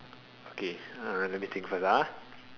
okay uh let me think first ah